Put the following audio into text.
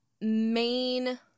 main